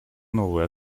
новую